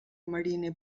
mariner